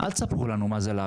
תודה רבה.